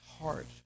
heart